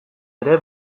ere